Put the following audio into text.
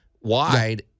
wide